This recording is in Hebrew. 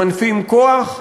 ממנפים כוח,